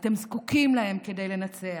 אתם זקוקים להם כדי לנצח.